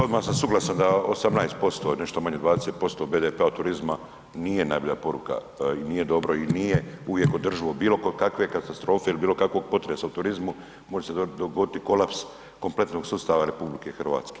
I odmah sam suglasan da 18% nešto manje od 20% BDP-a od turizma nije najbolja poruka i nije dobro i nije uvijek održivo bilo kod kakve katastrofe il bilo kakvog potresa u turizmu može se dogoditi kolaps kompletnog sustava RH.